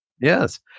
Yes